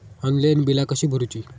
Online बिला कशी भरूची?